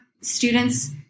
students